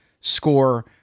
score